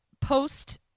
post